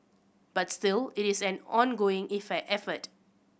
but still it is an ongoing effort